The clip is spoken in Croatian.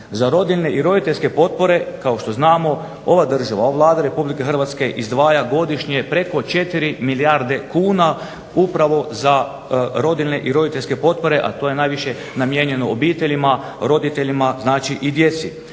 Za rodiljne i roditeljske potpore, kao što znamo ova država, ova Vlada Republike Hrvatske izdvaja godišnje preko 4 milijarde kuna, upravo za rodiljne i roditeljske potpore, a to je najviše namijenjeno obiteljima, roditeljima, znači i djeci.